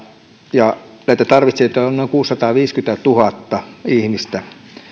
ja näitä tarvitsijoita on on noin kuusisataaviisikymmentätuhatta ihmistä